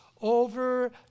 over